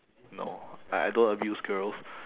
no I I don't abuse girls